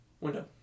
window